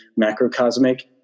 macrocosmic